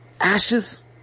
Ashes